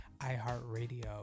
iHeartRadio